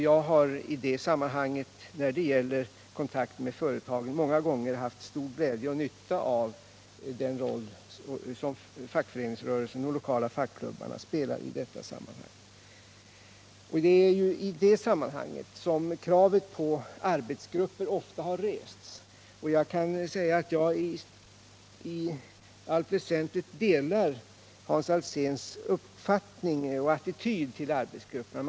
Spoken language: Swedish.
Jag har i det sammanhanget många gånger haft stor glädje av den roll som fackföreningsrörelsen och de lokala fackklubbarna spelar. Här har kravet på arbetsgrupper ofta rests, och i allt väsentligt delar jag Hans Alséns uppfattning och attityd till arbetsgrupperna.